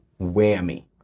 whammy